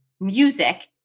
music